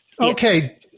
Okay